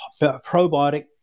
probiotic